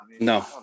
no